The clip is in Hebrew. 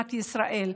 במדינת ישראל.